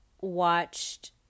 watched